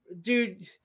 dude